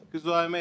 כי זו האמת,